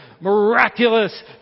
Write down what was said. miraculous